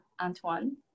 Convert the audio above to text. Antoine